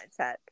mindset